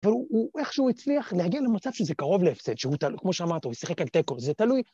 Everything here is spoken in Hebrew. ‫אבל הוא איכשהו הצליח ‫להגיע למצב שזה קרוב להפסד, ‫כמו שאמרת, הוא שיחק על תיקו, ‫זה תלוי.